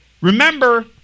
remember